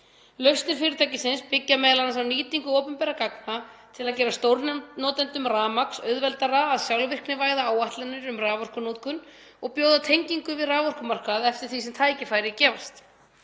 Lausnir fyrirtækisins byggja m.a. á nýtingu opinberra gagna til að gera stórnotendum rafmagns auðveldara að sjálfvirknivæða áætlanir um raforkunotkun og bjóða tengingu við raforkumarkað eftir því sem tækifæri gefast.